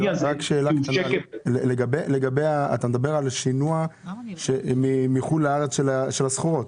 אתה מדבר על שינוע של הסחורות מחוץ לארץ אל הארץ?